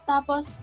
Tapos